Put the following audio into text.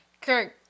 Kirk